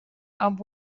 amb